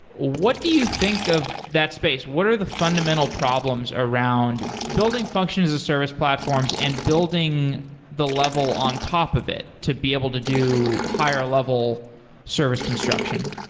what do you think of that space? what are the fundamental problems around building functions as a service platforms and building the level on top of it to be able to do higher level service construction?